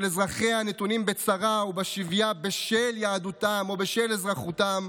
אזרחיה הנתונים בצרה ובשביה בשל יהדותם או בשל אזרחותם,